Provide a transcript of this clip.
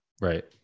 Right